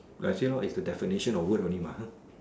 actually no it is the definition of word only mah